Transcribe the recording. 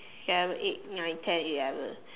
seven eight nine ten eleven